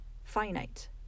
finite